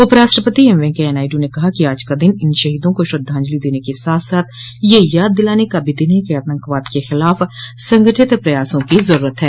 उपराष्ट्रपति एम वेंकैया नायडू ने कहा कि आज का दिन इन शहीदों को श्रद्वाजंलि देने के साथ साथ यह याद दिलाने का भी दिन है कि आतंकवाद के खिलाफ़ संगठित प्रयासों की जरूरत है